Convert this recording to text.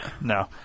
no